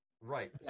right